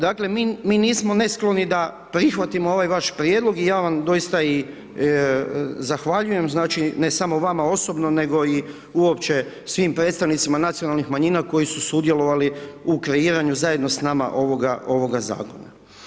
Dakle, mi nismo neskloni da prihvatimo ovaj vaš prijedlog, i ja vam doista i zahvaljujem, znači, ne samo vama osobno, nego i uopće svim predstavnicima nacionalnih manjina koji su sudjelovali u kreiranju, zajedno s nama ovoga, ovoga Zakona.